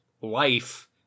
life